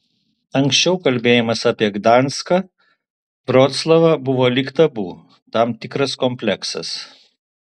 anksčiau kalbėjimas apie gdanską vroclavą buvo lyg tabu tam tikras kompleksas